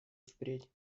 впредь